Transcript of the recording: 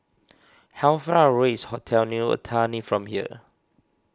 how far away is Hotel New Otani from here